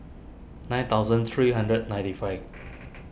nine thousand three hundred ninety five